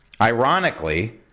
ironically